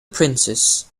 princes